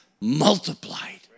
multiplied